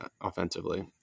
offensively